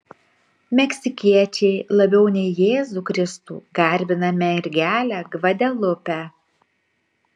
meksikiečiai labiau nei jėzų kristų garbina mergelę gvadelupę